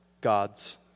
God's